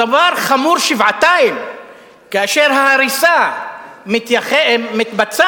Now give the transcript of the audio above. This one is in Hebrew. הדבר חמור שבעתיים כאשר ההריסה מתבצעת